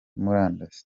murandasi